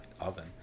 oven